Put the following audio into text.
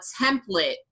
template